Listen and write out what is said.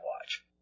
watch